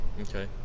Okay